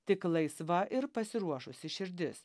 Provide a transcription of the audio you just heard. tik laisva ir pasiruošusi širdis